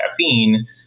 caffeine